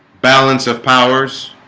balance of powers